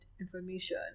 information